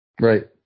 Right